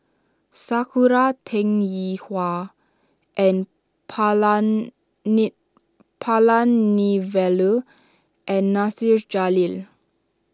Sakura Teng Ying Hua N Palanivelu and Nasir Jalil